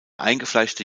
eingefleischte